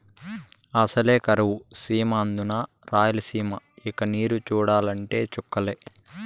అసలే కరువు సీమ అందునా రాయలసీమ ఇక నీరు చూడాలంటే చుక్కలే